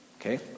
Okay